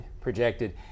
projected